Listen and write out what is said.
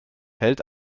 hält